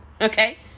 okay